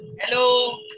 Hello